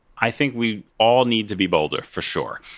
i think we all need to be bolder. for sure.